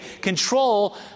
control